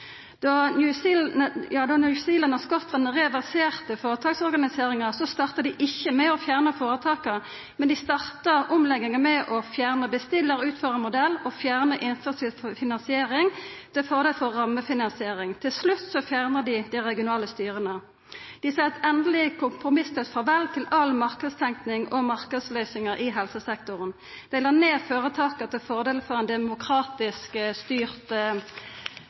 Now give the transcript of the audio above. Då New Zealand og Skottland reverserte føretaksorganiseringa, starta dei ikkje med å fjerna føretaka, men dei starta omlegginga med å fjerna bestillar–utførar-modellen og fjerna innsatsstyrt finansiering til fordel for rammefinansiering. Til slutt fjerna dei dei regionale styra. Dei sa eit endeleg og kompromisslaust farvel til all marknadstenking og marknadsløysingar i helsesektoren. Dei la ned føretaka til fordel for ein demokratisk styrt